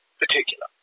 particular